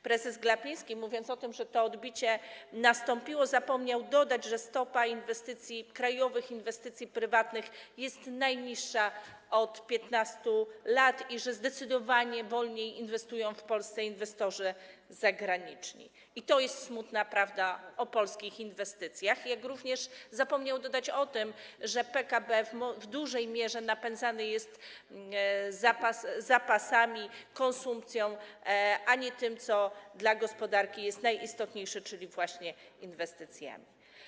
Prezes Glapiński, mówiąc o tym, że to odbicie nastąpiło, zapomniał dodać, że stopa krajowych inwestycji prywatnych jest najniższa od 15 lat i że zdecydowanie wolniej inwestują w Polsce inwestorzy zagraniczni - to jest smutna prawda o polskich inwestycjach - jak również zapomniał dodać, że PKB w dużej mierze napędzany jest zapasami, konsumpcją, a nie tym, co dla gospodarki jest najistotniejsze, czyli właśnie inwestycjami.